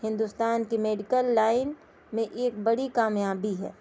ہندوستان کی medical line میں ایک بڑی کامیابی ہے